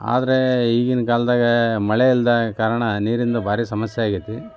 ಆದರೇ ಈಗಿನ ಕಾಲ್ದಾಗೆ ಮಳೆ ಇಲ್ಲದ ಕಾರಣ ನೀರಿಂದು ಭಾರಿ ಸಮಸ್ಯೆ ಆಗೈತಿ